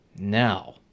Now